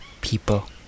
people